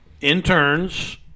interns